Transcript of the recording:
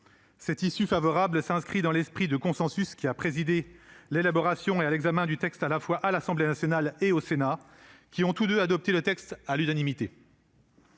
Cette issue favorable s'inscrit dans l'esprit de consensus qui a présidé à l'élaboration et à l'examen de la proposition de loi, à la fois, à l'Assemblée nationale et au Sénat, qui ont tous deux adopté le texte à l'unanimité.